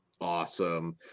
awesome